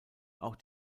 auch